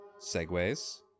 Segways